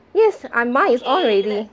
yes I mine is on already